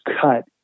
cut